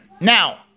now